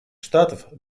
штатов